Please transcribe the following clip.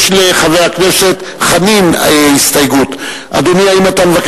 לחלופין, מי בעד?